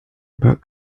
about